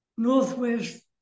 northwest